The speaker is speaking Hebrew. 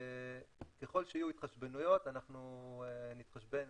ככל שיהיו התחשבנויות אנחנו נתחשבן